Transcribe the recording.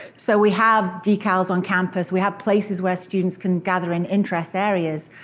so we have decals on campus. we have places where students can gather in interest areas.